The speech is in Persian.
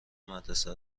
مدرسه